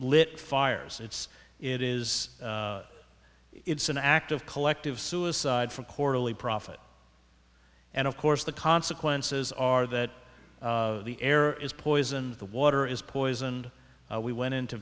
lit fires it's it is it's an act of collective suicide for quarterly profit and of course the consequences are that the air is poisoned the water is poisoned we went into